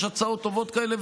יש הצעות טובות כאלה,